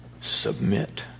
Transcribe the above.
submit